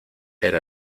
era